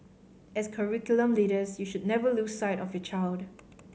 as curriculum leaders you should never lose sight of the child